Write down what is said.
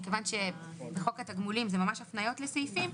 מכיוון שבחוק התגמולים זה ממש הפניות לסעיפים,